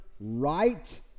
right